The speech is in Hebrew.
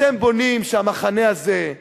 אתם בונים שהמחנה הזה,